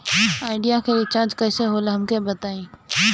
Idea के recharge कईसे होला हमका बताई?